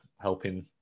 helping